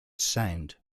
sound